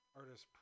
artist